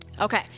Okay